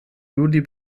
juli